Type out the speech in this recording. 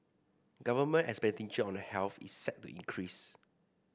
government expenditure on a health is set to increase